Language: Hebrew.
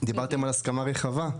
דיברתם על הסכמה רחבה,